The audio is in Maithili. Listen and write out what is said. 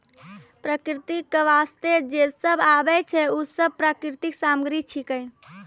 प्रकृति क वास्ते जे सब आबै छै, उ सब प्राकृतिक सामग्री छिकै